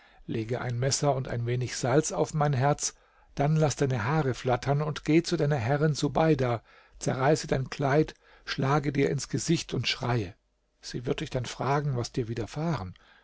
lege ein messer und ein wenig salz auf mein herz dann laß deine haare flattern und geh zu deiner herrin subeida zerreiße dein kleid schlage dir ins gesicht und schreie sie wird dich dann fragen was dir widerfahren